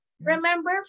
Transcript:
Remember